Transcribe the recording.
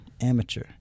amateur